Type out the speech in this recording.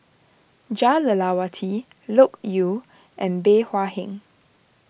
Jah Lelawati Loke Yew and Bey Hua Heng